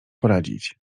poradzić